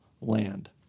land